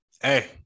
Hey